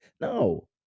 No